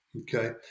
okay